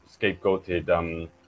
scapegoated